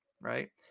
Right